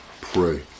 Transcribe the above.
pray